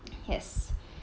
yes